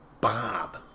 Bob